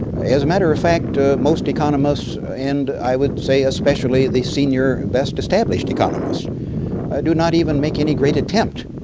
as a matter of fact, most economists, and i would say especially the senior best established economists do not even make any great attempt